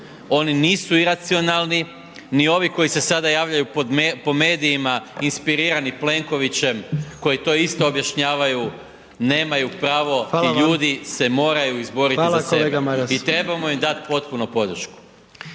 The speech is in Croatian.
Oni nisu iracionalni, ni ovi koji se sada javljaju po medijima inspirirani Plenkovićem koji to isto objašnjavaju nemaju pravo, ti ljudi se moraju izboriti za sebe i trebamo im dati potpuno podršku.